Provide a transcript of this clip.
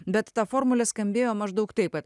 bet ta formulė skambėjo maždaug taip ka